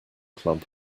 club